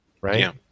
right